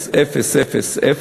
286,430,770,000,